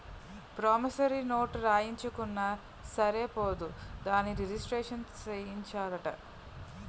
promissory note రాయించుకున్నా సరే సరిపోదు దానిని రిజిస్ట్రేషను సేయించాలట